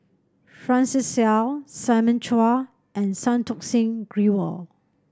Francis Seow Simon Chua and Santokh Singh Grewal